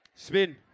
Spin